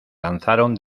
lanzaron